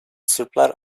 sırplar